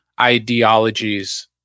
ideologies